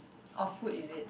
awful is it